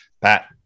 Pat